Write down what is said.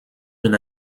been